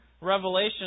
revelation